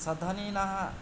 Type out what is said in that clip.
सधनिनः